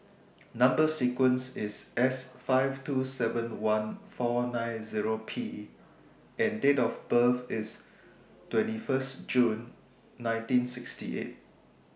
Number sequence IS S five two seven one four nine Zero P and Date of birth IS twenty First June nineteen sixty eight